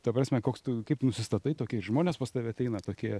ta prasme koks tu kaip tu nusistatai tokie ir žmonės pas tave ateina tokie